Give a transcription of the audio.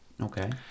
Okay